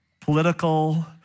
political